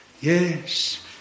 Yes